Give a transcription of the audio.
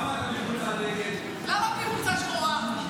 למה בלי חולצה שחורה?